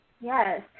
Yes